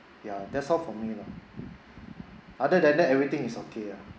ya that's all from me lah other than that everything is okay ah